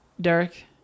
Derek